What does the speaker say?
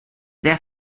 sehr